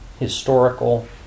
historical